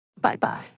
Bye-bye